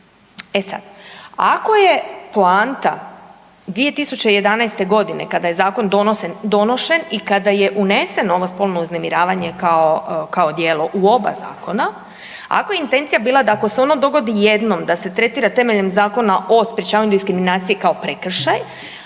E sad, ako je poanta 2011.g. kada je zakon donošen i kada je uneseno ovo spolno uznemiravanje kao, kao djelo u oba zakona, ako je intencija bila da ako se ono dogodi jednom da se tretira temeljem Zakona o sprječavanju diskriminacije kao prekršaj,